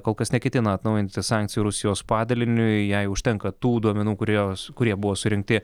kol kas neketina atnaujinti sankcijų rusijos padaliniui jai užtenka tų duomenų kuriuos kurie buvo surinkti